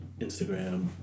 Instagram